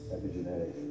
epigenetic